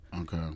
Okay